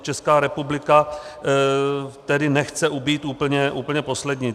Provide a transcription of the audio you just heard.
Česká republika tedy nechce být úplně poslední.